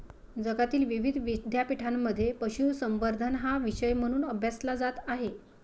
जगातील विविध विद्यापीठांमध्ये पशुसंवर्धन हा विषय म्हणून अभ्यासला जात आहे